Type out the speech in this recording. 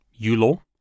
ULaw